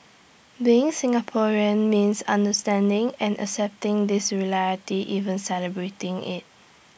being Singaporean means understanding and accepting this reality even celebrating IT